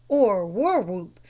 or war-whoop,